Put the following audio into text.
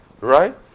right